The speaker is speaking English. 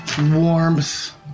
warmth